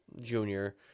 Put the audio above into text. Junior